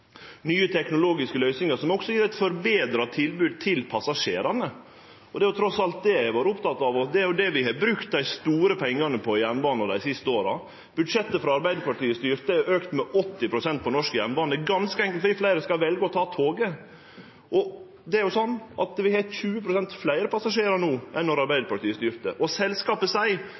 nye teknologiske løysingar, som også gjev eit betra tilbod til passasjerane. Det er trass alt det eg er oppteken av, og det er det vi har brukt dei store pengane på når det gjeld jernbanen dei siste åra. Budsjettet er, frå då Arbeidarpartiet styrte, auka med 80 pst. for den norske jernbanen – ganske enkelt fordi fleire skal velje å ta toget. Vi har no 20 pst. fleire passasjerar enn då Arbeidarpartiet styrte. Og selskapet seier